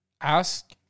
ask